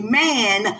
man